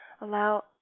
Allow